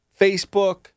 Facebook